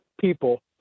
people